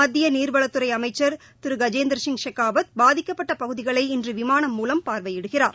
மத்தியநீர்வளத்துறைஅமச்சர் திருகஜேந்திரசிய் ஷெகாவத் பாதிக்கப்பட்டபகுதிகளை இன்றுவிமான மூலம் பார்வையிடுகிறார்